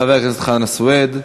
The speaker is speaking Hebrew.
חבר הכנסת חנא סוייד,